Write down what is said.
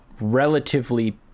relatively